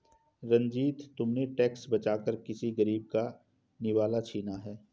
रंजित, तुमने टैक्स बचाकर किसी गरीब का निवाला छीना है